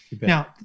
now